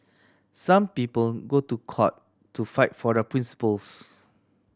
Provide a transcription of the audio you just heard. some people go to court to fight for their principles